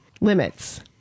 limits